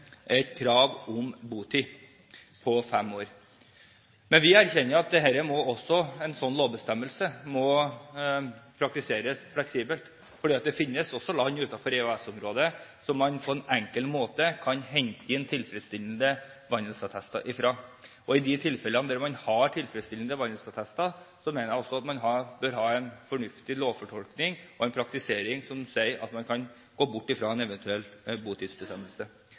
et krav om botid på fem år. Men vi erkjenner at en slik lovbestemmelse også må praktiseres fleksibelt, for det finnes land utenfor EØS-området som man på en enkel måte kan hente inn tilfredsstillende vandelsattester fra. I de tilfellene der man har tilfredsstillende vandelsattester, mener jeg at man bør ha en fornuftig lovfortolkning og en praktisering som sier at man kan gå bort fra en eventuell botidsbestemmelse.